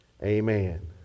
Amen